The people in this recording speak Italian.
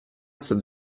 stato